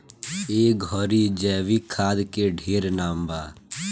ए घड़ी जैविक खाद के ढेरे नाम बा